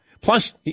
Plus